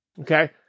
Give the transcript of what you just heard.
Okay